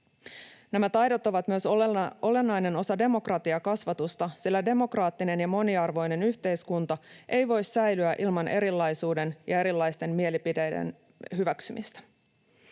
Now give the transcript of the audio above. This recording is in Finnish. Nämä taidot ovat myös olennainen osa demokratiakasvatusta, sillä demokraattinen ja moniarvoinen yhteiskunta ei voi säilyä ilman erilaisuuden ja erilaisten mielipiteiden hyväksymistä.